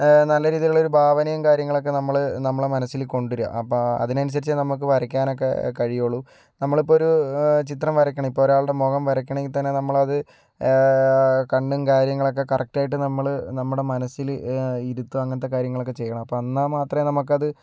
നല്ല രീതിയിലുള്ള ഒരു ഭാവനയും കാര്യങ്ങളുമൊക്കെ നമ്മൾ നമ്മുടെ മനസ്സിൽ കൊണ്ടു വരിക അപ്പോൾ അതിനനുസരിച്ച് നമുക്ക് വരയ്ക്കാൻ ഒക്കെ കഴിയുള്ളൂ നമ്മൾ ഇപ്പോൾ ഒരു ചിത്രം വരയ്ക്കണം ഇപ്പം ഒരാളുടെ മുഖം വരയ്ക്കണമെങ്കിൽ തന്നെ നമ്മൾ അത് കണ്ണും കാര്യങ്ങളൊക്കെ കറക്ട് ആയിട്ട് നമ്മൾ നമ്മുടെ മനസ്സിൽ ഇരുത്തുക അങ്ങനത്തെ കാര്യങ്ങളൊക്കെ ചെയ്യണം അപ്പോൾ എന്നാൽ മാത്രമേ നമുക്കത്